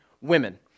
women